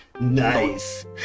nice